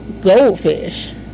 goldfish